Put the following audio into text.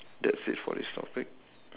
that's it for this topic